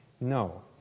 No